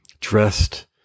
dressed